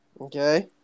Okay